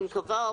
אני מקווה,